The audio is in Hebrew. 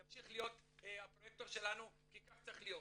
ימשיך להיות הפרויקטור שלנו כי כך צריך להיות,